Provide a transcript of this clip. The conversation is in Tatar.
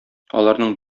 аларның